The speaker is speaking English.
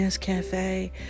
Cafe